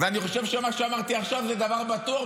ואני חושב שמה שאמרתי עכשיו זה דבר בטוח,